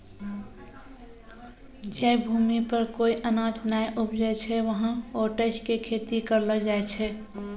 जै भूमि पर कोय अनाज नाय उपजै छै वहाँ ओट्स के खेती करलो जाय छै